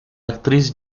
actriz